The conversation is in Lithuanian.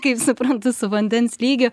kaip suprantu su vandens lygio